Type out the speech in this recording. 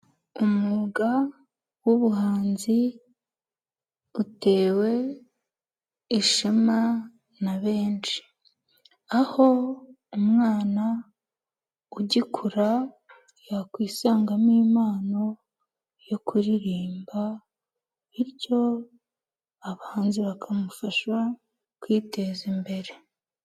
Umwuga w'ubuhanzi utewe ishema na benshi, aho umwana ugikura yakwisangamo impano yo kuririmba bityo abahanzi bakamufasha kwiteza imbere.